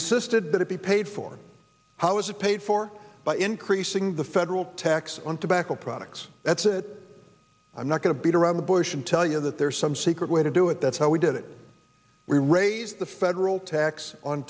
insisted that it be paid for how is it paid for by increasing the federal tax on tobacco products that's it i'm not going to beat around the bush and tell you that there's some secret way to do it that's how we did it we raise the federal tax on